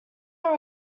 are